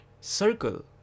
circle